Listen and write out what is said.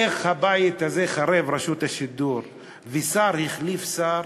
איך הבית הזה חרב, רשות השידור, ושר החליף שר,